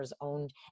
owned